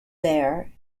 there